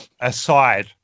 Aside